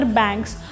banks